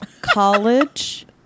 college